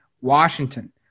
Washington